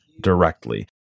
directly